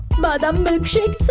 badam milkshake so